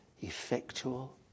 effectual